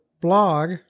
blog